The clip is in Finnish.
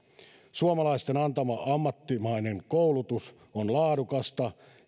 suomalaisten antama ammattimainen koulutus on laadukasta